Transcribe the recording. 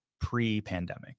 pre-pandemic